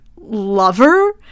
Lover